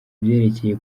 byerekeye